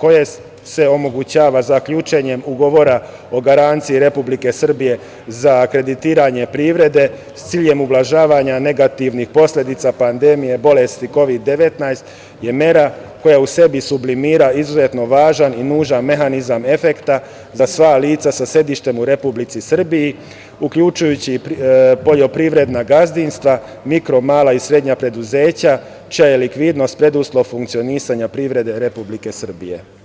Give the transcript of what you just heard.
koja se omogućava zaključenjem ugovora o garanciji Republike Srbije za kreditiranje privrede s ciljem ublažavanja negativnih posledica pandemije bolesti Kovid – 19 je mera koja u sebi sublimira izuzetno važan i nužan mehanizam efekta za sva lica sa sedištem u Republici Srbiji, uključujući poljoprivredna gazdinstva, mikro, mala i srednja preduzeća, čija je likvidnost preduslov funkcionisanja privrede Republike Srbije.